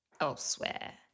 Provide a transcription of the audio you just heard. elsewhere